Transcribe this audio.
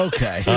Okay